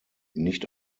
nicht